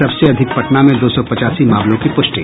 सबसे अधिक पटना में दो सौ पचासी मामलों की प्रष्टि